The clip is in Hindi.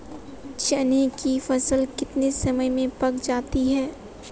चने की फसल कितने समय में पक जाती है?